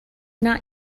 not